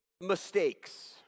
mistakes